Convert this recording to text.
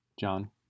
John